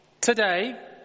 today